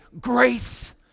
grace